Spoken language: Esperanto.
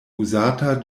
uzata